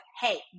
hey